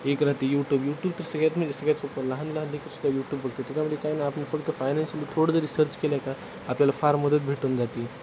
एक राहते YouTube YouTube तर सगळ्यात म्हणजे सगळ्यात सोप लहान लहान लेकरंसुद्धा युटूब बघतात त्याच्यामध्ये काय ना आपण फक्त फायनान्शिअली थोडं रिसर्च केलं का आपल्याला फार मदत भेटून जाते